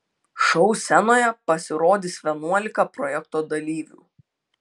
šou scenoje pasirodys vienuolika projekto dalyvių